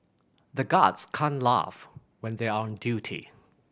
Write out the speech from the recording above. the guards can't laugh when they are on duty